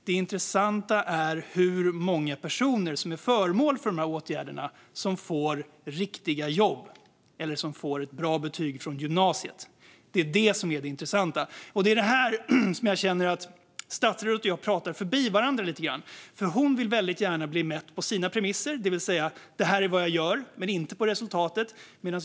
Det intressanta är hur många personer som är föremål för dessa åtgärder som får riktiga jobb eller ett bra betyg från gymnasiet. Här känner jag att statsrådet och jag pratar förbi varandra lite grann. Hon vill väldigt gärna bli mätt på sina premisser, det vill säga på vad som görs men inte på resultatet.